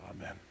Amen